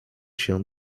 się